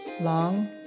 Long